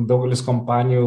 daugelis kompanijų